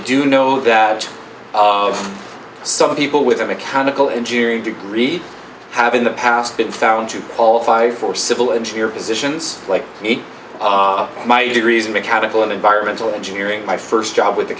do know that some people with a mechanical engineering degree have in the past been found to qualify for civil engineer positions like my degrees in mechanical and environmental engineering my first job with the